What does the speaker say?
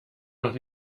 noch